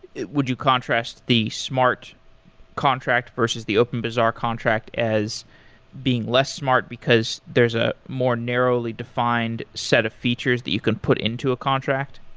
would you contrast the smart contract versus the openbazaar contract as being less smart, because there is a more narrowly defined set of features that you can put into a contract?